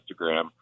Instagram